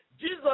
Jesus